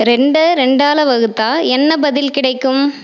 ரெண்டை ரெண்டால் வகுத்தால் என்ன பதில் கிடைக்கும்